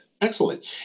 Excellent